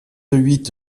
huit